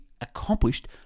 accomplished